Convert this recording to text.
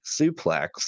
suplex